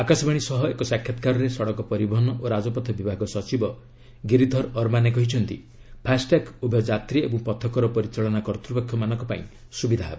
ଆକାଶବାଣୀ ସହ ଏକ ସାକ୍ଷାତକାରରେ ସଡ଼କ ପରିବହନ ଓ ରାଜପଥ ବିଭାଗ ସଚିବ ଗିରଧର ଅରମାନେ କହିଛନ୍ତି ଫାସ୍ଟ୍ୟାଗ୍ ଉଭୟ ଯାତ୍ରୀ ଏବଂ ପଥକର ପରିଚାଳନା କର୍ତ୍ତୃପକ୍ଷମାନଙ୍କ ପାଇଁ ସୁବିଧା ହେବ